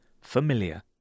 familiar